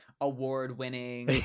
award-winning